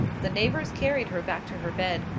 the neighbours carried her back to her bed,